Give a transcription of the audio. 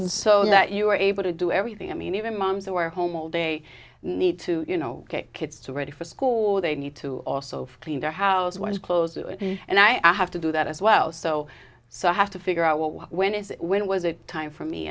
named so that you are able to do everything i mean even moms who are home all day need to you know get kids to ready for school they need to also clean their house was closed and i have to do that as well so so i have to figure out why when it's when was it time for me